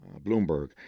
Bloomberg